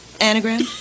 anagram